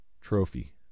Trophy